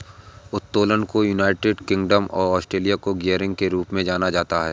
उत्तोलन को United Kingdom और ऑस्ट्रेलिया में गियरिंग के रूप में जाना जाता है